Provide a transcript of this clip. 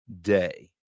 day